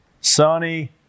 sunny